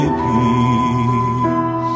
peace